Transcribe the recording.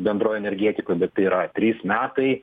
bendroj energetikoj bet tai yra trys metai